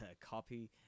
copy